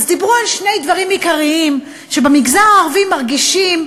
דיברו על שני דברים עיקריים שבמגזר הערבי מרגישים,